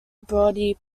brody